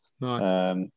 Nice